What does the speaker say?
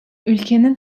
ülkenin